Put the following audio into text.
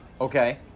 Okay